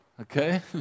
okay